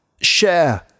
share